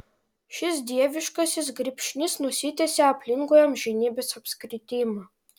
šis dieviškasis grybšnis nusitęsia aplinkui amžinybės apskritimą